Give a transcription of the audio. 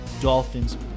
Dolphins